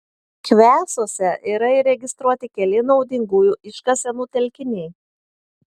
kvesuose yra įregistruoti keli naudingųjų iškasenų telkiniai